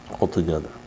altogether